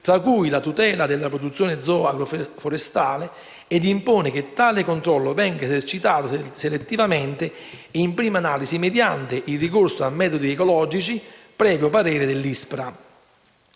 tra cui la tutela della produzione zoo-agroforestale, e impone che tale controllo venga esercitato selettivamente e, in prima analisi, mediante il ricorso a metodi ecologici, previo parere dell'Istituto